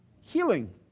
healing